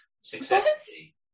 successfully